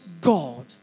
God